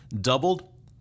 doubled